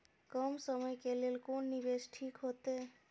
कम समय के लेल कोन निवेश ठीक होते?